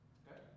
okay